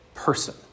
Person